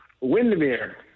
Windermere